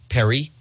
Perry